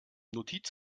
notiz